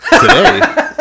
Today